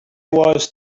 was